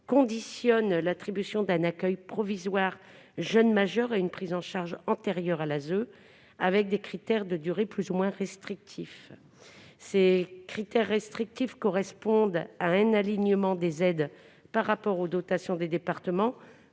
conditionnent l'attribution d'un accueil provisoire jeune majeur à une prise en charge antérieure par l'ASE, avec des critères de durée plus ou moins restrictifs. Ces critères restrictifs correspondent à un alignement des aides par rapport aux dotations des départements